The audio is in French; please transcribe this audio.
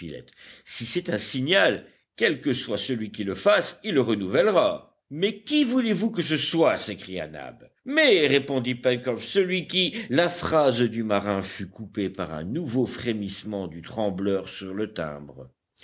si c'est un signal quel que soit celui qui le fasse il le renouvellera mais qui voulez-vous que ce soit s'écria nab mais répondit pencroff celui qui la phrase du marin fut coupée par un nouveau frémissement du trembleur sur le timbre